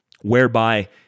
whereby